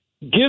give